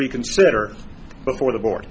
reconsider before the board